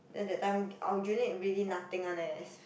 then that time Aljunied really nothing one leh